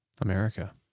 America